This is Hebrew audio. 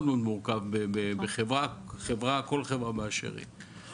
מאוד מאוד מורכב בחברה, כל חברה באשר היא.